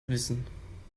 wissen